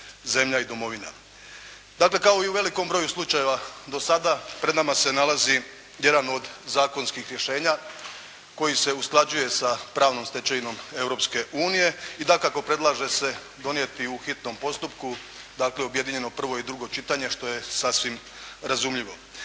zemlja i domovina. Dakle, kao i u velikom broju slučajeva do sada pred nama se nalazi jedan od zakonskih rješenja koji se usklađuje sa pravnom stečevinom Europske unije i dakako predlaže se donijeti u hitnom postupku, dakle objedinjeno prvo i drugo čitanje što je sasvim razumljivo.